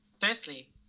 Firstly